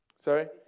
Sorry